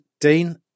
Dean